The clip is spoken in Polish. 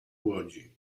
łodzi